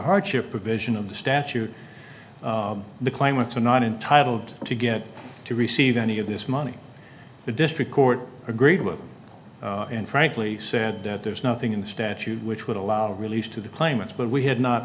hardship provision of the statute the climate's are not entitled to get to receive any of this money the district court agreed with them and frankly said that there's nothing in the statute which would allow the release to the claimants but we had not